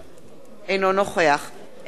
אינו נוכח אהוד ברק,